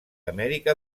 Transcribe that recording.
amèrica